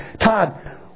Todd